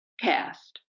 cast